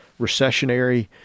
recessionary